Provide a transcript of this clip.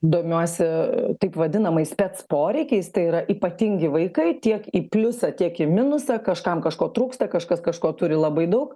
domiuosi taip vadinamais spec poreikiais tai yra ypatingi vaikai tiek į pliusą tiek į minusą kažkam kažko trūksta kažkas kažko turi labai daug